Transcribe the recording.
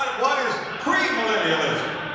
what is premillennialsm?